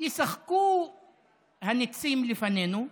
ישחקו הניצים לפנינו,